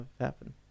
happen